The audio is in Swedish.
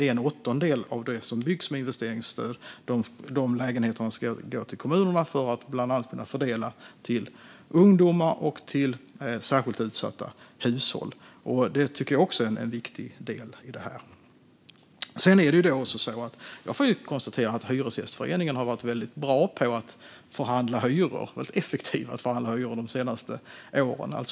En åttondel av de lägenheter som byggs med investeringsstöd ska gå till kommunerna för att kommunerna ska kunna fördela dem till bland annat ungdomar och särskilt utsatta hushåll. Det tycker jag också är en viktig del i det här. Jag får konstatera att Hyresgästföreningen har varit väldigt bra och effektiva på att förhandla hyror de senaste åren.